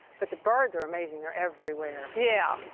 but the birds are amazing. they're everywhere. yeah,